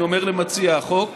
אני אומר למציעי החוק,